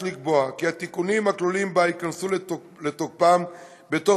יש לקבוע כי התיקונים הכלולים בה ייכנסו לתוקפם בתוך